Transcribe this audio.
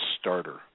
starter